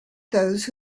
those